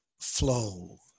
flow